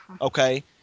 okay